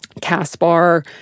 Caspar